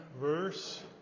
verse